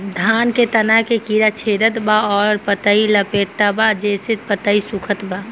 धान के तना के कीड़ा छेदत बा अउर पतई लपेटतबा जेसे पतई सूखत बा?